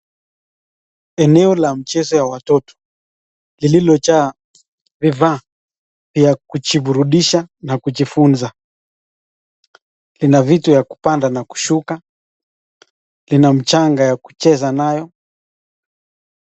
Eneo la mchezo ya watoto lililojaa vifaa vya kujiburudisha na kujifuza. Ina vitu ya kupanda na kushuka, lina mchanga ya kucheza nayo.